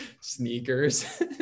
sneakers